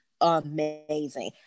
amazing